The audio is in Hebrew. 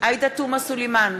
עאידה תומא סלימאן,